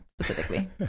specifically